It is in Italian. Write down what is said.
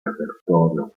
repertorio